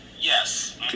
Yes